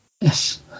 Yes